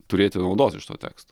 turėti naudos iš to teksto